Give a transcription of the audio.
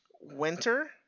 winter